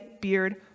beard